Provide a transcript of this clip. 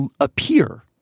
appear